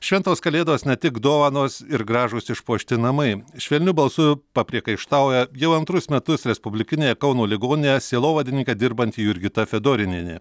šventos kalėdos ne tik dovanos ir gražūs išpuošti namai švelniu balsu papriekaištauja jau antrus metus respublikinėje kauno ligoninėje sielovadininke dirbanti jurgita fedorinienė